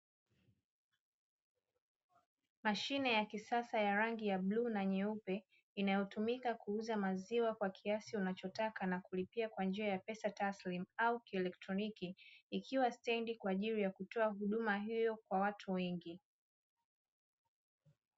Mashine ya kisasa ya rangi ya bluu na nyeupe, inayotumika kuuza maziwa kwa kiasi nachotaka, na kulipia kwa njia ya pesa taslimu au kielektroniki, ikiwa stendi kwa ajili ya kutoa huduma hiyo kwa watu wengi